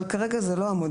אבל כרגע זהו לא המודל.